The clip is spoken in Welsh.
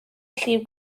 lliw